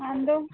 അ എന്താണ്